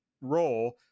role